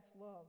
love